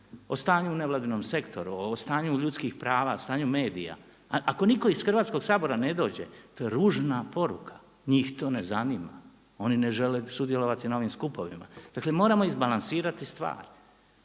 o stanju u nevladinom sektoru, o stanju ljudskih prava, stanju medija. Ako nitko iz Hrvatskoga sabora ne dođe to je ružna poruka, njih to ne zanima, oni ne žele sudjelovati na ovim skupovima. Dakle moramo izbalansirati stvari.